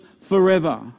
forever